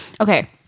okay